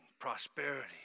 prosperity